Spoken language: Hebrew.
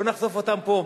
לא נחשוף אותם פה.